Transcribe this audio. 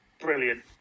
brilliant